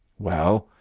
well,